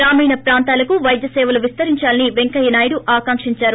గ్రామీణ ప్రాంతాలకూ పైద్య సేవలు విస్తరించాలని పెంకయ్యనాయుడు ఆకాంకించారు